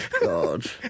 God